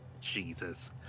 Jesus